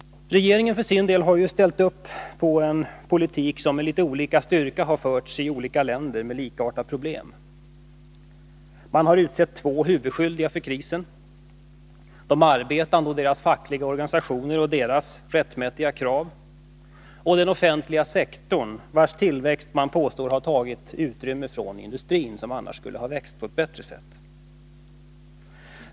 Regeringen har för sin del ställt upp för en politik som med litet olika styrka förts i en rad länder med likartade problem. Man har utsett två huvudskyldiga för krisen: de arbetande, deras fackliga organisationer och deras rättmätiga krav, och den offentliga sektorn, vars tillväxt påstås ha tagit resurser från industrin, som annars skulle ha vuxit på ett bättre sätt.